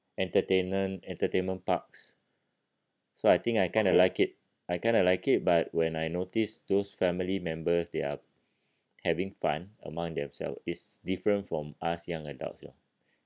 entertainment entertainment parks so I think I kind of like it I kind of like it but when I noticed those family members they are having fun among themselves is different from us young adults lah